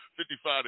55